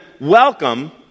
welcome